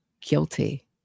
guilty